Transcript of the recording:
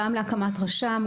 גם להקמת רשם,